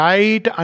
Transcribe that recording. Right